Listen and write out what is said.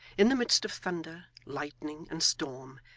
in the midst of thunder, lightning, and storm,